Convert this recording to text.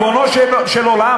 ריבונו של עולם,